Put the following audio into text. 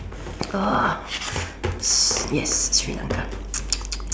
ugh yes Sri-Lanka